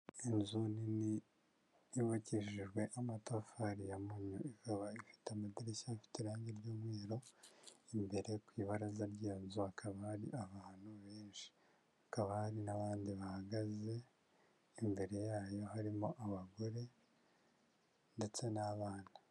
Inzu nini yubakishijwe amatafari ya mpunyu, ikaba ifite amadirishya afite irange ry'umweru, imbere ku ibaraza ry'iyo inzu hakaba hari abantu benshi. Hakaba hari n'abandi bahagaze imbere yayo, harimo abagore ndetse n'abana.